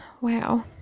Wow